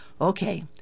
Okay